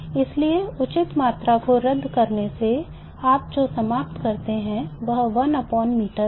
इसलिए उचित मात्रा को रद्द करने से आप जो समाप्त करते हैं वह 1 मीटर है